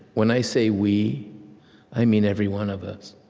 when i say we i mean every one of us,